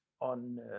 On